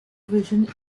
vision